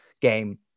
game